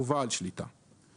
ובעל שליטה";